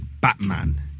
batman